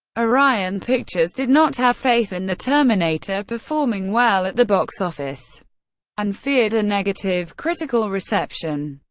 orion pictures did not have faith in the terminator performing well at the box office and feared a negative critical reception.